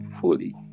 fully